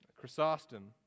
Chrysostom